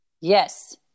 Yes